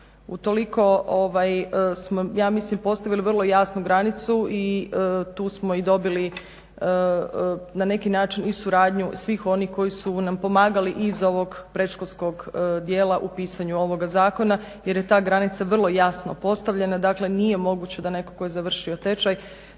Utoliko smo ja mislim postavili vrlo jasnu granicu i tu smo i dobili na neki način i suradnju svih onih koji su nam pomagali iz ovog predškolskog dijela u pisanju ovoga zakona jer je ta granica vrlo jasno postavljena. Dakle nije moguće da netko tko je završio tečaj